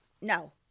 No